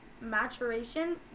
maturation